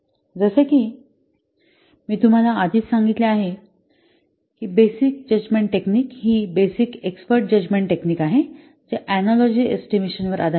जसे की मी तुम्हाला आधीच सांगितले आहे की बेसिक जजमेंट टेक्निक हि बेसिक एक्स्पर्ट जजमेंट टेक्निक आहे जे अनालॉजि एस्टिमेशन वर आधारित आहे